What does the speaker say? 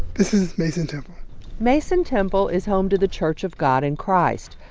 this is mason temple mason temple is home to the church of god in christ.